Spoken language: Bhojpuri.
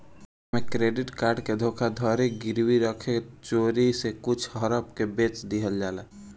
ऐमे क्रेडिट कार्ड के धोखाधड़ी गिरवी रखे चोरी से कुछ हड़प के बेच दिहल जाला